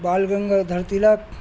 بال Ganga Tilak